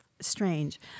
strange